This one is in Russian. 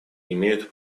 имеют